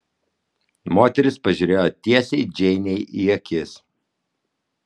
moteris pažiūrėjo tiesiai džeinei į akis